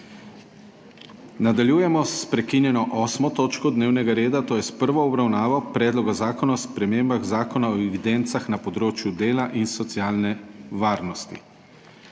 Nadaljujemo sprekinjeno 8. točko dnevnega reda, to je s prvo obravnavo Predloga zakona o spremembah Zakona o evidencah na področju dela in socialne varnosti.